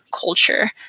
culture